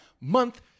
month